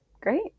great